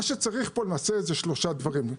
מה שצריך פה נעשה שלושה שלבים: